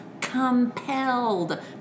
compelled